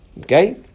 okay